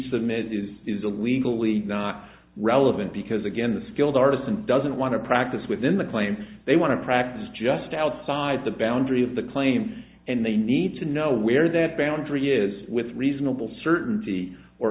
submit is is a legally not relevant because again the skilled artisan doesn't want to practice within the claim they want to practice just outside the boundary of the claim and they need to know where that boundary is with reasonable certainty or